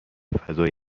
فضای